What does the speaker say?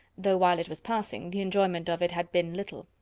though while it was passing, the enjoyment of it had been little.